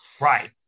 Right